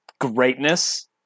greatness